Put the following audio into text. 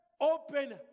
open